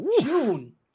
June